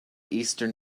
eastern